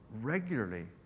regularly